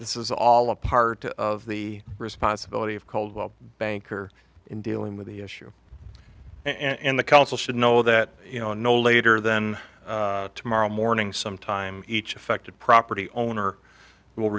this is all a part of the responsibility of coldwell banker in dealing with the issue and the council should know that you know no later than tomorrow morning some time each affected property owner will